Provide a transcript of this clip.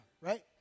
right